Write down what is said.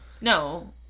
No